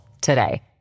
today